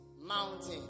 mountain